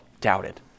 doubted